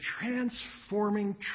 transforming